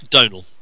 Donal